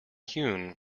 hewn